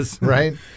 right